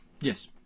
yes